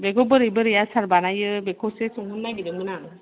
बेखौ बोरै बोरै आसार बानायो बेखौसो सोंहरनो नागिरदोंमोन आं